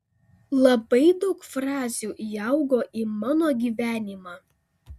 labai daug frazių įaugo į mano gyvenimą